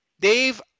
Dave